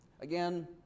Again